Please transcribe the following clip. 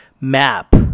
map